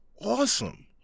awesome